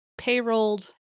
payrolled